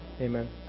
Amen